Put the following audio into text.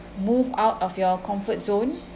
move out of your comfort zone